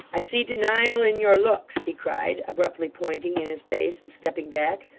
i see denial in your looks he cried, abruptly pointing in his face, and stepping back,